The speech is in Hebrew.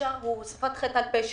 הפרישה הוא הוספת חטא על פשע.